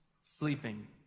sleeping